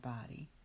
body